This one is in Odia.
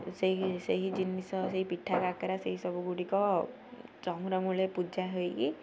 ସେଇ ସେହି ଜିନିଷ ସେଇ ପିଠା କାକରା ସେଇ ସବୁ ଗୁଡ଼ିକ ଚଉରା ମୂଳେ ପୂଜା ହେଇକି